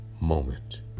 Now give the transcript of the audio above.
moment